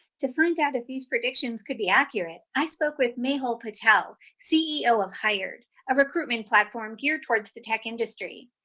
to find out if these predictions could be accurate, i spoke with mehul patel, ceo of hired, a recruitment platform geared towards the tech industry.